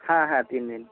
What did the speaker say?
হ্যাঁ হ্যাঁ তিনদিন